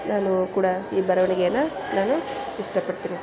ನಾನು ಕೂಡ ಈ ಬರವಣಿಗೆಯನ್ನು ನಾನು ಇಷ್ಟಪಡ್ತೀನಿ